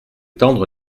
tendre